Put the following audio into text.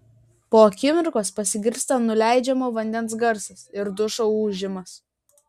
po akimirkos pasigirsta nuleidžiamo vandens garsas ir dušo ūžimas